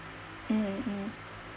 mm mm